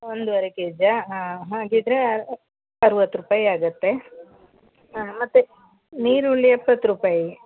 ಒಂದೂವರೆ ಕೆ ಜಿಯಾ ಹಾಂ ಹಾಗಿದ್ದರೆ ಅರ್ವತ್ತು ರೂಪಾಯಿ ಆಗುತ್ತೆ ಹಾಂ ಮತ್ತು ನೀರುಳ್ಳಿ ಎಪ್ಪತ್ತು ರೂಪಾಯಿ